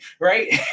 right